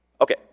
Okay